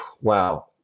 wow